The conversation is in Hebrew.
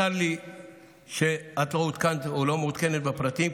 צר לי שאת לא עודכנת או לא מעודכנת בפרטים,